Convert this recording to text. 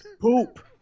Poop